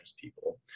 people